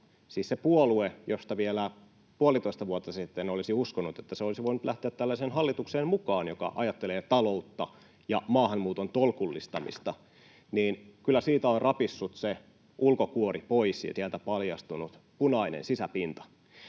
siis se puolue, josta vielä puolitoista vuotta sitten olisi uskonut, että se olisi voinut lähteä tällaiseen hallitukseen mukaan, joka ajattelee taloutta ja maahanmuuton tolkullistamista — kyllä on rapissut ulkokuori pois ja sieltä paljastunut punainen sisäpinta.